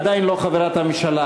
היא עדיין לא חברת הממשלה,